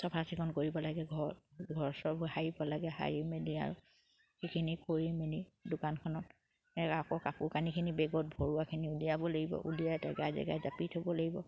চফা চিকুণ কৰিব লাগে ঘৰ ঘৰ চৰ সাৰিব লাগে সাৰি মেলি আৰু সেইখিনি কৰি মেলি দোকানখনত আকৌ কাপোৰ কানিখিনি বেগত ভৰুৱাখিনি উলিয়াব লাগিব উলিয়াই জেগাই জেগাই জাপি থ'ব লাগিব